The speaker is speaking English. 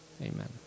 Amen